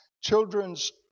Children's